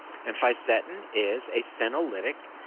and fisetin is a senolytic.